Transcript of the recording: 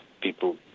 people